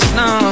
no